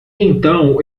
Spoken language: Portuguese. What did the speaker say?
então